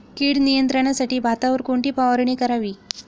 कीड नियंत्रणासाठी भातावर कोणती फवारणी करावी?